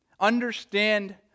understand